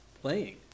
playing